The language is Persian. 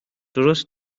شماست